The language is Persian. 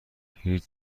هیچ